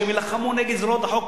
שהם יילחמו נגד זרועות החוק,